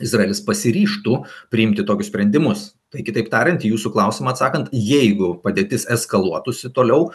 izraelis pasiryžtų priimti tokius sprendimus tai kitaip tariant į jūsų klausimą atsakant jeigu padėtis eskaluotųsi toliau